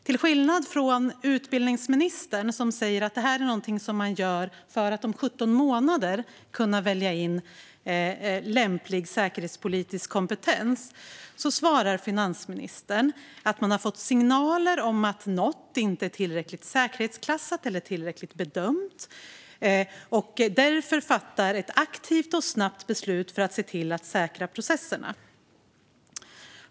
Till skillnad från utbildningsministern, som säger att det här är någonting man gör för att om 17 månader kunna välja in lämplig säkerhetspolitisk kompetens, svarar finansministern att man har fått signaler om att något inte är tillräckligt säkerhetsklassat eller tillräckligt bedömt och att man därför fattar ett aktivt och snabbt beslut för att se till att säkra processerna.